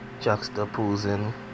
juxtaposing